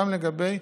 גם לגבי